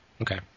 Okay